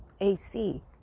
AC